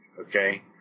Okay